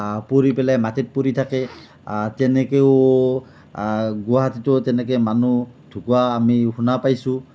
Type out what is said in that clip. পৰি পেলাই মাটিত পৰি থাকে তেনেকৈয়ো গুৱাহাটীতো তেনেকে মানুহ ঢুকোৱা আমি শুনা পাইছোঁ